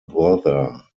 brother